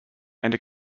and